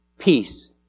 peace